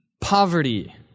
poverty